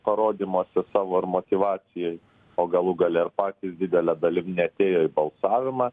parodymuose savo ir motyvacijoj o galų gale ir patys didele dalim neatėjo į balsavimą